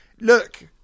look